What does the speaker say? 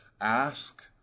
ask